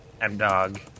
M-Dog